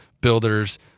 builders